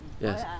yes